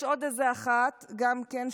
יש עוד איזו אחת גם כן,